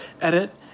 edit